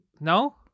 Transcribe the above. no